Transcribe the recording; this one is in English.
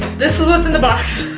this what's in the box.